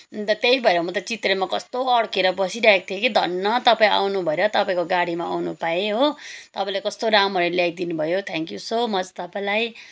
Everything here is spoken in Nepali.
अन्त त्यही भएर म त चित्रेमा कस्तो अड्केर बसिरहेको थिएँ कि धन्न तपाईँ आउनुभयो र तपाईँको गाडीमा आउनु पाएँ हो तपाईँले कस्तो रामरी ल्याइदिनु भयो थ्याङ्क यू सो मच तपाईँलाई